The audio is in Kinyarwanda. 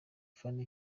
phanny